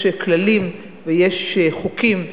יש כללים ויש חוקים,